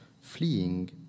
fleeing